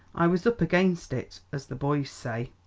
i was up against it, as the boys say.